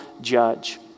judge